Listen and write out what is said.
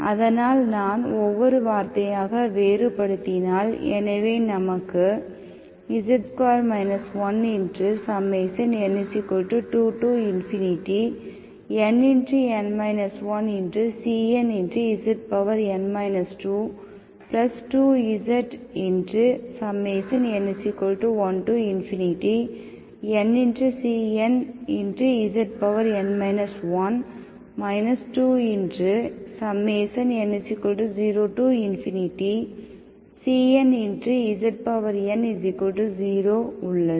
அதனால் நான் ஒவ்வொரு வார்த்தையாக வேறுபடுத்தினால் எனவே நமக்கு n2nn 1cnzn 22zn1ncnzn 1 2n0cnzn0 உள்ளது